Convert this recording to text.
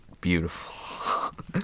beautiful